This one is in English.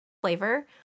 flavor